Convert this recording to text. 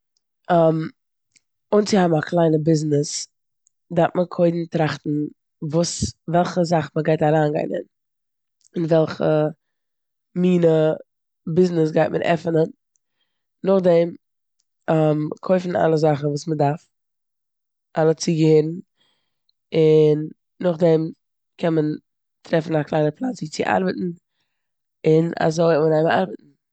אנצוהייבן א קליינע ביזנעס דארף מען קודם טראכטן וואס- וועלכע זאך מ'גייט אריינגיין אין, און וועלכע מינע ביזנעס גייט מען עפענען. נאכדעם קויפן אלע זאכן וואס מ'דארף, אלע ציגעהערן און נאכדעם קען מען טרעפן א קליינע פלאץ ווי צו ארבעטן און אזוי אנהייבן ארבעטן.